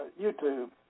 YouTube